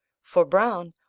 for browne,